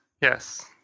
Yes